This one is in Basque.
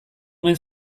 omen